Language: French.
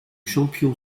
champion